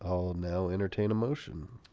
ah i'll now entertain a motion